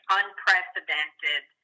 unprecedented